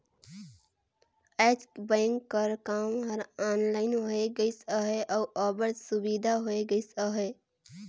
आएज बेंक कर काम हर ऑनलाइन होए गइस अहे अउ अब्बड़ सुबिधा होए गइस अहे